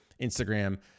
Instagram